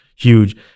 Huge